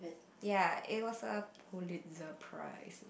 ya it was a Pulitzer Prizes